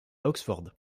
oxford